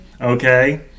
Okay